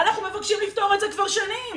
אנחנו מבקשים לפתור את זה כבר שנים,